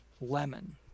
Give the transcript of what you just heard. lemon